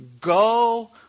go